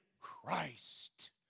Christ